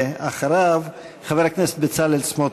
אחריו, חבר הכנסת בצלאל סמוטריץ.